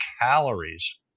calories